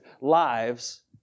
lives